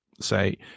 say